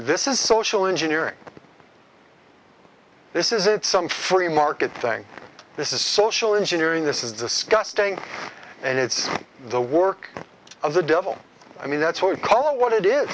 this is social engineering this is it some free market thing this is social engineering this is discussed staying and it's the work of the devil i mean that's what we call what it is